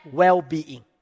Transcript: well-being